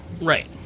Right